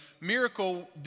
miracle